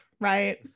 right